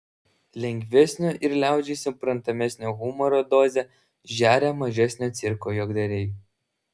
lengvesnio ir liaudžiai suprantamesnio humoro dozę žeria mažesnio cirko juokdariai